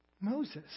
Moses